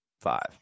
five